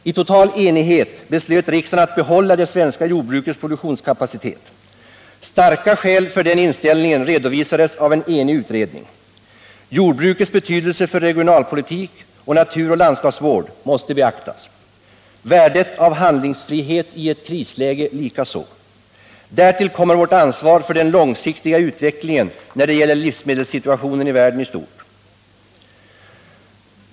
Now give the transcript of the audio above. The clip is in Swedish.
I total enighet beslöt riksdagen att behålla det svenska jordbrukets produktionskapacitet. Starka skäl för den inställningen redovisades av en enig utredning. Jordbrukets betydelse för regionalpolitik och naturoch landskapsvård måste beaktas, värdet av handlingsfrihet i ett krisläge likaså. Därtill kommer vårt ansvar för den långsiktiga utvecklingen när det gäller livsmedelssituationen i världen i stort.